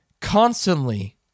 constantly